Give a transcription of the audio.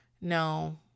no